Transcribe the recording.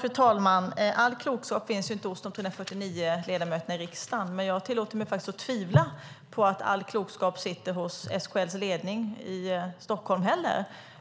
Fru talman! All klokskap finns inte hos de 349 ledamöterna i riksdagen, men jag tillåter mig faktiskt att tvivla på att all klokskap finns hos SKL:s ledning i Stockholm.